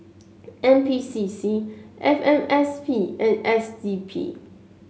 N P C C F M S P and S D P